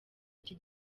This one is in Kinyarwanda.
iki